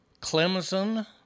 Clemson